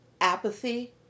Apathy